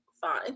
Fine